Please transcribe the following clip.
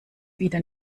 wieder